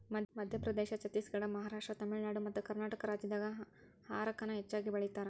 ಮಧ್ಯಪ್ರದೇಶ, ಛತ್ತೇಸಗಡ, ಮಹಾರಾಷ್ಟ್ರ, ತಮಿಳುನಾಡು ಮತ್ತಕರ್ನಾಟಕ ರಾಜ್ಯದಾಗ ಹಾರಕ ನ ಹೆಚ್ಚಗಿ ಬೆಳೇತಾರ